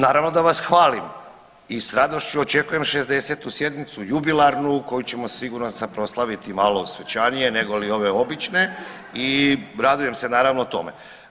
Naravno da vas hvalim i s radošću očekujem 60. sjednicu jubilarnu koju ćemo siguran sam proslaviti malo svečanije negoli ove obične i radujem se naravno tome.